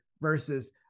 versus